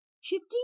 Shifting